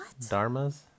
Dharmas